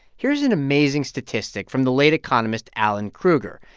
here's an amazing statistic from the late economist alan krueger.